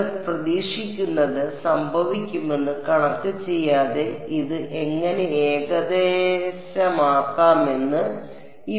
നിങ്ങൾ പ്രതീക്ഷിക്കുന്നത് സംഭവിക്കുമെന്ന് കണക്ക് ചെയ്യാതെ ഇത് എങ്ങനെ ഏകദേശമാക്കാമെന്ന്